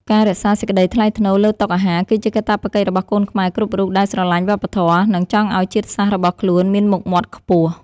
ការរក្សាសេចក្តីថ្លៃថ្នូរលើតុអាហារគឺជាកាតព្វកិច្ចរបស់កូនខ្មែរគ្រប់រូបដែលស្រឡាញ់វប្បធម៌ និង ចង់ឱ្យជាតិសាសន៍របស់ខ្លួនមានមុខមាត់ខ្ពស់។